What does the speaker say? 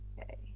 Okay